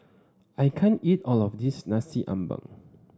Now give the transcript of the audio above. I can't eat all of this Nasi Ambeng